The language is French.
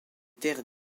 terres